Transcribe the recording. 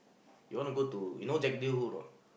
you want to go to you know Jack deal who or not